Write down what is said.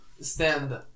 stand